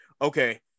Okay